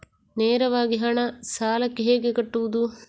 ನೇರವಾಗಿ ಹಣ ಸಾಲಕ್ಕೆ ಹೇಗೆ ಕಟ್ಟುವುದು?